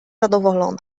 zadowolona